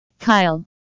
Kyle